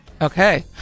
Okay